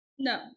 No